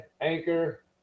Anchor